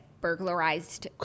burglarized